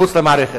מחוץ למערכת.